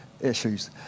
issues